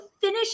finish